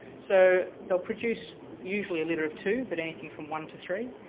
so, they'll produce usually a litter of two, but anything from one to three.